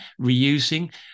reusing